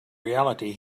reality